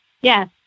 yes